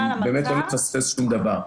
כדי באמת לא לפספס שום דבר.